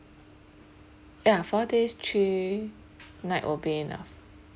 ya four days three night will be enough